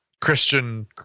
Christian